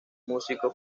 músico